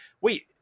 wait